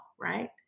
right